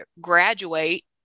graduate